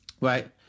Right